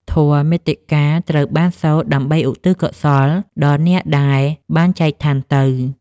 ធម៌មាតិកា ត្រូវបានសូត្រដើម្បីឧទ្ទិសកុសលដល់អ្នកដែលបានចែកឋានទៅ។